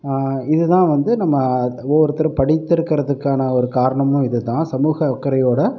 இது தான் வந்து நம்ப ஒவ்வொருத்தரும் படித்ததற்கான ஒரு காரணமும் இது தான் சமூக அக்கறையோட